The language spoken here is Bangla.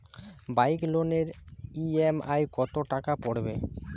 বাইক লোনের ই.এম.আই কত টাকা পড়বে?